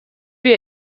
wir